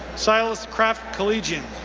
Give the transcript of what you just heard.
silas craft collegian.